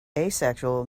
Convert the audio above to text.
asexual